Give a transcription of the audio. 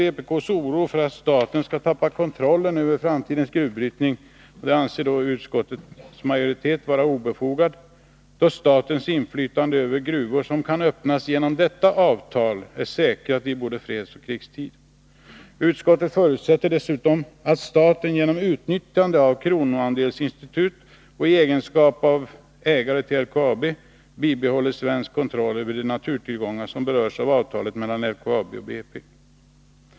Vpk:s oro för att staten skall tappa kontrollen över framtidens gruvbrytning anser utskottets majoritet vara obefogad då statens inflytande över gruvor som kan öppnas genom detta avtal är säkrat i både fredsoch krigstid. Utskottet förutsätter dessutom att staten genom utnyttjande av kronoandelsinstitutet och i egenskap av ägare av LKAB bibehåller svensk kontroll över de naturtillgångar som berörs av avtalet mellan LKAB och BP Mineral.